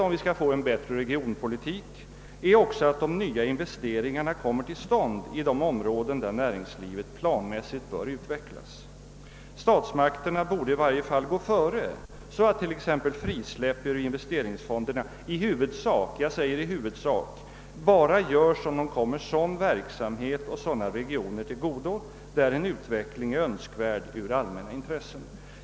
Om vi skall få en bättre regionpolitik, är det också ett villkor att de nya investeringarna kommer till stånd i de områden där näringslivet planmässigt bör utvecklas. Statsmakterna borde i varje fall gå före, så att t.ex. frisläpp ur investeringsfonderna i huvudsak bara göres om det kommer sådan verksamhet och sådana regioner till godo där en utveckling är önskvärd ur allmänna intressen.